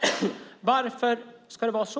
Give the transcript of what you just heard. Varför ska det vara så?